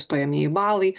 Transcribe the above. stojamieji balai